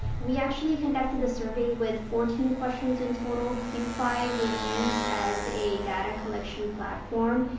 we actually conducted the survey with fourteen questions in total. q-fi was used as a data collection platform.